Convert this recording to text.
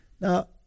Now